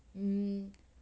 mm